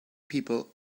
people